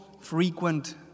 frequent